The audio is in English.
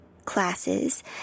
classes